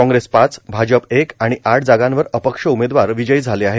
काँग्रेस पाच भाजप एक आणि आठ जागांवर अपक्ष उमेदवार विजयी झाले आहेत